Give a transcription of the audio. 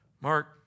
Mark